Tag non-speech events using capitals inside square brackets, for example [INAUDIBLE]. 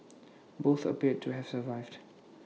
[NOISE] both appeared to have survived